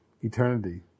eternity